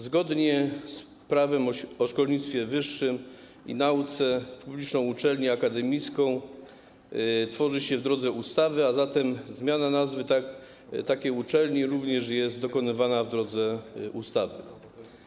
Zgodnie z prawem o szkolnictwie wyższym i nauce wyższą uczelnię akademicką tworzy się w drodze ustawy, a zatem zmiana nazwy takiej uczelni również jest dokonywana w drodze ustawy.